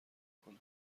کنم